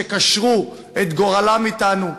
שקשרו את גורלם אתנו,